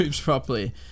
properly